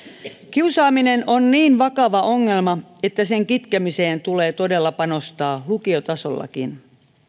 kiusaaminen on niin vakava ongelma että sen kitkemiseen tulee todella panostaa lukiotasollakin